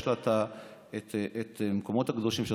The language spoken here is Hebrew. יש לה המקומות הקדושים שלה,